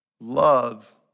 love